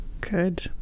Good